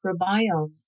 microbiome